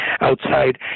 outside